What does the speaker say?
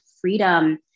freedom